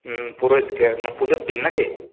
হ্যাঁ পুরো স্কেয়ার মানে পুজোর দিন নাকি